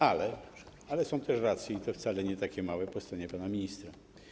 Ale są też racje, i to wcale nie takie małe, po stronie pana ministra.